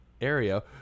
area